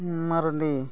Mardi